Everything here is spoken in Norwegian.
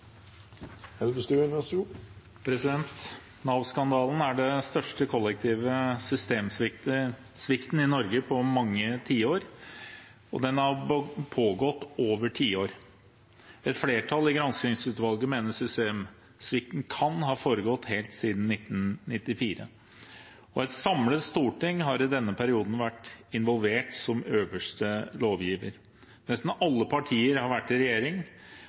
er den største kollektive systemsvikten i Norge på mange tiår, og den har pågått over tiår. Et flertall i granskingsutvalget mener systemsvikten kan ha foregått helt siden 1994. Et samlet storting har i denne perioden vært involvert som øverste lovgiver. Nesten alle partier har vært i regjering,